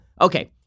Okay